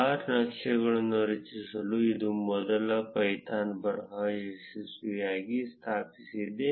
bar ನಕ್ಷೆಯನ್ನು ರಚಿಸಲು ಇದು ಮೊದಲ ಪೈಥಾನ್ ಬರಹ ಯಶಸ್ವಿಯಾಗಿ ಸ್ಥಾಪಿಸಿದೆ